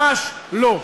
ממש לא.